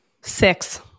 Six